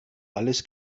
alles